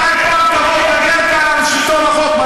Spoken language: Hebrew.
מתי פעם תבואו להגן גם על שלטון החוק?